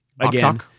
again